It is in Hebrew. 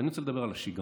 ואני רוצה לדבר על השגרה.